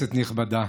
כנסת נכבדה,